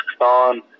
on